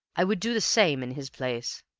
i would do the same in his place.